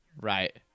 Right